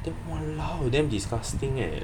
then !walao! damn disgusting eh